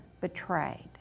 betrayed